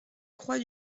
croix